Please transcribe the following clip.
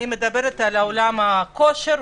עולם הכושר,